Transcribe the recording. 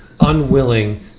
unwilling